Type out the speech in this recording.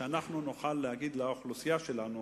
שאנחנו נוכל להגיד לאוכלוסייה שלנו